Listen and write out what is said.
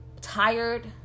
tired